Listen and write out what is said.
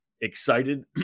excited